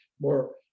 more